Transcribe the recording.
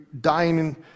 dying